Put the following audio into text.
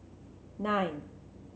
nine